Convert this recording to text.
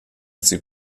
sie